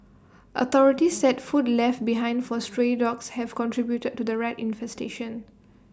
authorities said food left behind for stray dogs have contributed to the rat infestation